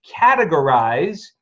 categorize